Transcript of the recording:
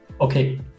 okay